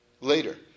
later